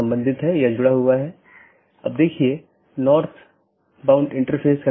जबकि जो स्थानीय ट्रैफिक नहीं है पारगमन ट्रैफिक है